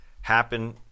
happen